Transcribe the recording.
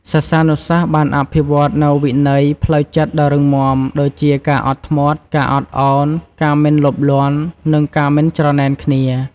សិស្សានុសិស្សបានអភិវឌ្ឍនូវវិន័យផ្លូវចិត្តដ៏រឹងមាំ ដូចជាការអត់ធ្មត់ ការអត់ឱន ការមិនលោភលន់ និងការមិនច្រណែនគ្នា។